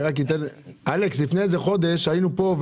לפני חודש היינו פה,